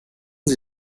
sie